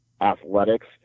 athletics